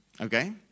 Okay